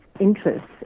interests